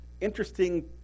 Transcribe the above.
interesting